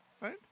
right